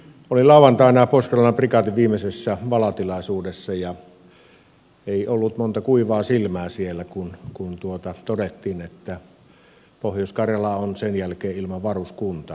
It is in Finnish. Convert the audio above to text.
olin lauantaina pohjois karjalan prikaatin viimeisessä valatilaisuudessa ja ei ollut monta kuivaa silmää siellä kun todettiin että pohjois karjala on sen jälkeen ilman varuskuntaa